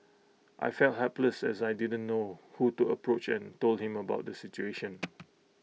I felt helpless as I didn't know who to approach and told him about the situation